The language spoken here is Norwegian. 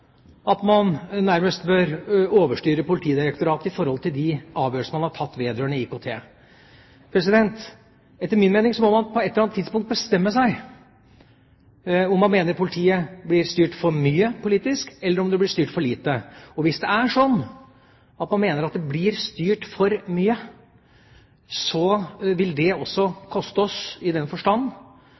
at man nærmest bør overstyre Politidirektoratet når det gjelder de avgjørelsene man har tatt vedrørende IKT. Etter min mening må man på et eller annet tidspunkt bestemme seg om man mener politiet blir styrt for mye politisk, eller om det blir styrt for lite. Hvis det er sånn at man mener det blir styrt for mye, vil det også koste oss, i den forstand